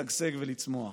לשגשג ולצמוח.